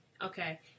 Okay